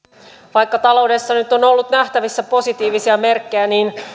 vaikka taloudessa nyt on ollut nähtävissä positiivisia merkkejä niin